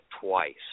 twice